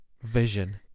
vision